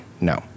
no